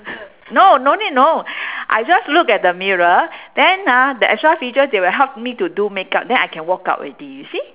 no no need no I just look at the mirror then ah the extra feature they will help me do makeup then I can walk out already you see